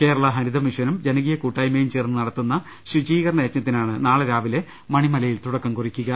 കേരള ഹരിത മിഷനും ജനകീയ കൂട്ടായ്മയും ചേർന്ന് നടത്തുന്ന ശുചീകരണ യജ്ഞത്തിനാണ് നാളെ രാവിലെ മണിമലയിൽ തുടക്കം കുറിക്കുക